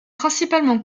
principalement